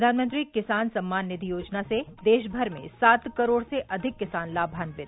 प्रधानमंत्री किसान सम्मान निधि योजना से देशभर में सात करोड़ से अधिक किसान लाभान्वित